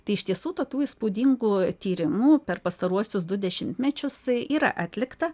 tai iš tiesų tokių įspūdingų tyrimų per pastaruosius du dešimtmečius yra atlikta